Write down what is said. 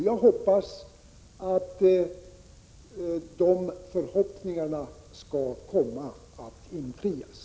Jag hoppas att de förhoppningarna skall komma att infrias.